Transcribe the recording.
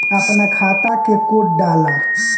अपना खाता के कोड डाला